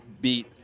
beat